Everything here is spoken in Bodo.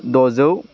द'जौ